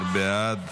11, בעד,